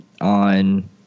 on